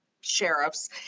sheriffs